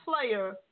player